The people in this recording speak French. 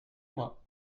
moi